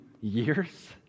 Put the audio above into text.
years